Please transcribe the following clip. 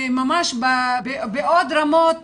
בעוד רמות